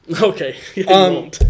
Okay